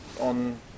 on